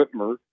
Whitmer